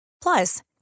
Plus